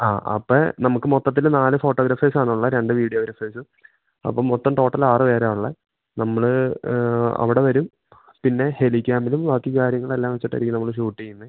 ആ അപ്പെ നമക്ക് മൊത്തത്തില് നാല് ഫോട്ടോഗ്രഫേസാണുള്ളേ രണ്ട് വീഡിയോ ഗ്രഫേസു അപ്പം മൊത്തം ട്ടോട്ടലാറ് പേരാ ഉള്ളെ നമ്മള് അവ്ട വെരും പിന്നെ ഹെലിക്യാമ്പിലും ബാക്കി കാര്യങ്ങളെല്ലാ വെച്ചിട്ടായിരിക്കും നമ്മള് ഷൂട്ടെയ്യ്ന്നെ